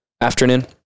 afternoon